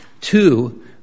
Two